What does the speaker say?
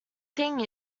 thing